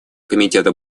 комитета